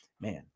Man